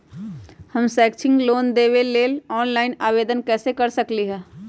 हम शैक्षिक लोन लेबे लेल ऑनलाइन आवेदन कैसे कर सकली ह?